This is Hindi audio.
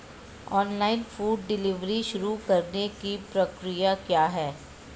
ऑनलाइन फूड डिलीवरी शुरू करने की प्रक्रिया क्या है?